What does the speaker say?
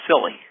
silly